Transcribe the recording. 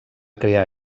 crear